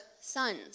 sons